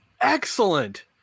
excellent